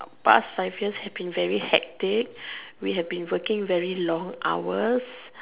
our past I feel have been very hectic we have been working very long hours